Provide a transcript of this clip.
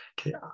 Okay